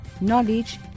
knowledge